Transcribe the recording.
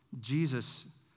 Jesus